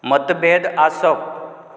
मतभेद आसप